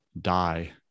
die